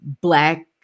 Black